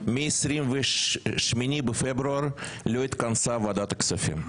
ומ-28 בפברואר לא התכנסה ועדת הכספים.